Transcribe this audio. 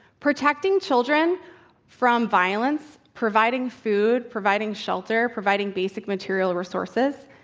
protecting children from violence, providing food, providing shelter, providing basic material resources,